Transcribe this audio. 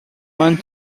want